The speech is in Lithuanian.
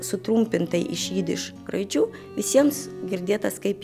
sutrumpintai iš jidiš raidžių visiems girdėtas kaip